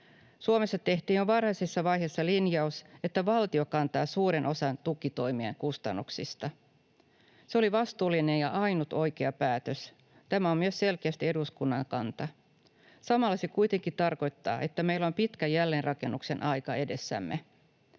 Suomessa tehtiin jo varhaisessa vaiheessa linjaus, että valtio kantaa suuren osan tukitoimien kustannuksista. Se oli vastuullinen ja ainut oikea päätös. Tämä on myös selkeästi eduskunnan kanta. Samalla se kuitenkin tarkoittaa, että meillä on pitkä jälleenrakennuksen aika edessämme.